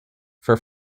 for